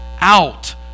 out